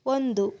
ಒಂದು